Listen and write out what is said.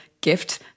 gift